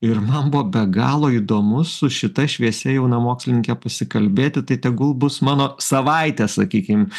ir man buvo be galo įdomu su šita šviesia jauna mokslininke pasikalbėti tai tegul bus mano savaitės sakykim